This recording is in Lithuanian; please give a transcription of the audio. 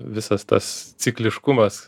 visas tas cikliškumas